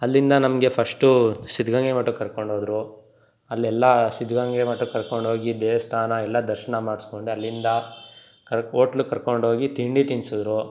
ಅಲ್ಲಿಂದ ನಮಗೆ ಫಸ್ಟು ಸಿದ್ಧಗಂಗಾ ಮಠಕ್ಕೆ ಕರ್ಕೊಂಡು ಹೋದ್ರು ಅಲ್ಲೆಲ್ಲ ಸಿದ್ಧಗಂಗಾ ಮಠಕ್ಕೆ ಕರ್ಕೊಂಡು ಹೋಗಿ ದೇವಸ್ಥಾನ ಎಲ್ಲ ದರ್ಶನ ಮಾಡ್ಸ್ಕೊಂಡು ಅಲ್ಲಿಂದ ಕರ್ಕೋ ಓಟ್ಲಗೆ ಕರ್ಕೊಂಡು ಹೋಗಿ ತಿಂಡಿ ತಿನ್ಸಿದ್ರು